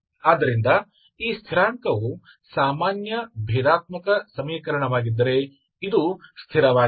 ಆದ್ದರಿಂದ ಈ ಸ್ಥಿರಾಂಕವು ಸಾಮಾನ್ಯ ಭೇದಾತ್ಮಕ ಸಮೀಕರಣವಾಗಿದ್ದರೆ ಇದು ಸ್ಥಿರವಾಗಿದೆ